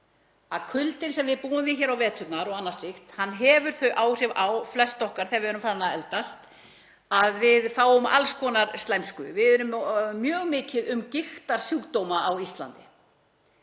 að kuldinn sem við búum við á veturna og annað slíkt hefur þau áhrif á flest okkar þegar við erum farin að eldast að við fáum alls konar slæmsku. Það er mjög mikið um gigtarsjúkdóma á Íslandi.